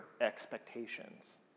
expectations